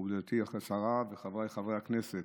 גברתי השרה, חבריי חברי הכנסת,